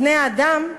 בני-האדם,